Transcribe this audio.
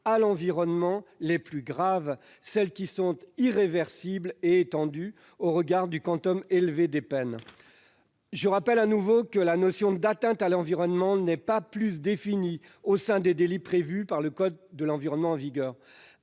à l'environnement les plus graves, celles qui sont irréversibles et étendues au regard du quantum élevé des peines. Je rappelle de nouveau que la notion d'atteinte à l'environnement n'est pas mieux définie pour les délits prévus par le code de l'environnement en vigueur.